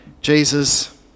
jesus